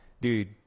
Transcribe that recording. dude